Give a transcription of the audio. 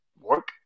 work